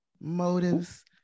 motives